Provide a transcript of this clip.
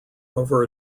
over